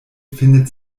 finden